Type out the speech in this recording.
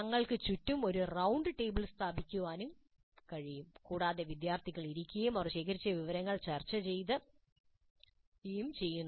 ഞങ്ങൾക്ക് ചുറ്റും ഒരു റൌണ്ട് ടേബിൾ സ്ഥാപിക്കാൻ കഴിയും കൂടാതെ വിദ്യാർത്ഥികൾ ഇരിക്കുകയും അവർ ശേഖരിച്ച വിവരങ്ങൾ ചർച്ച ചെയ്യുകയും ചെയ്യുന്നു